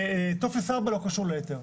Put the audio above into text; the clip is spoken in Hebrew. וטופס 4 לא קשור להיתר.